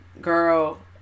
Girl